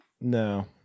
No